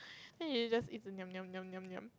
then she just niam niam niam niam niam